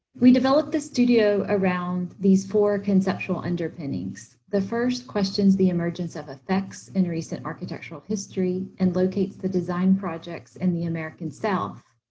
we developed the studio around these four conceptual underpinnings. the first questions the emergence of effects in recent architectural history, and locates the design projects in and the american south.